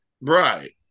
right